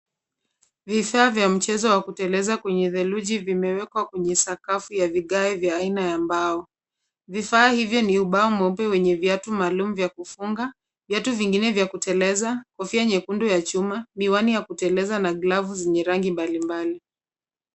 Vifaa vya mchezo wa kuteleza kwenye theluji vimewekwa kwenye sakafu ya vigae vya aina ya mbao. Vifaa hivyo ni ubao mweupe wenye viatu maalum vya kufunga, viatu vingine vya kuteleza, kofia nyekundu ya chuma. miwani ya kuteleza na glovu zenye rangi mbalimbali.